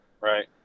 right